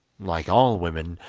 like all women,